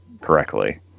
correctly